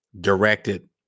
directed